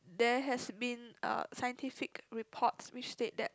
there has been uh scientific reports which said that